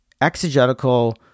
exegetical